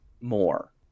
more